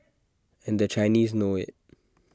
and the Chinese know IT